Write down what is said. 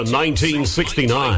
1969